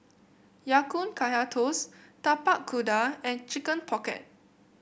Ya Kun Kaya Toast Tapak Kuda and Chicken Pocket